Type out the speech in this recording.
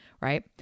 right